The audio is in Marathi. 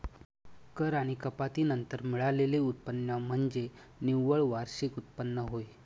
कर आणि कपाती नंतर मिळालेले उत्पन्न म्हणजे निव्वळ वार्षिक उत्पन्न होय